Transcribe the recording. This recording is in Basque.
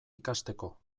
ikasteko